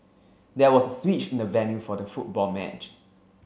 there was a switch in the venue for the football match